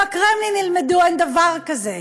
בקרמלין ילמדו על דבר כזה.